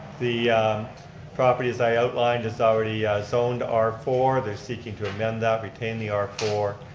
the property as i outlined is already zoned r four, they're seeking to amend that, retain the r four,